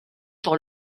pour